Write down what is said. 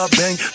bang